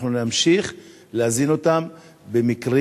אנחנו נמשיך להזין אותם במקרים,